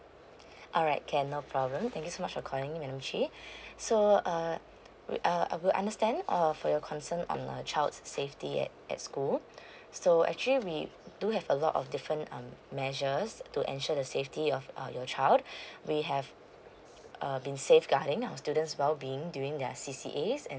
alright can no problem thank you so much for calling in anuchit so uh uh I will understand err for your concern on a child's safety at at school so actually we do have a lot of different um measures to ensure the safety of uh your child we have uh been safeguarding our students well being during their C_C_A and